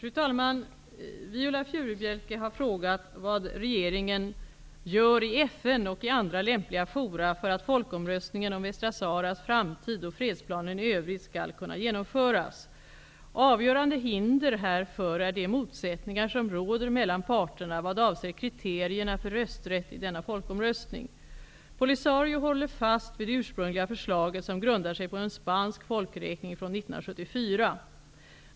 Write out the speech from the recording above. Fru talman! Viola Furubjelke har frågat vad regeringen gör i FN och i andra lämpliga fora för att folkomröstningen om Västra Saharas framtid och fredsplanen i övrigt skall kunna genomföras. Avgörande hinder härför är de motsättningar som råder mellan parterna vad avser kriterierna för rösträtt i denna folkomröstning. Polisario håller fast vid det ursprungliga förslaget som grundar sig på en spansk folkräkning från 1974.